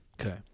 Okay